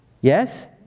Yes